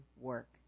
work